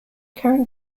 current